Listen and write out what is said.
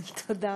תודה.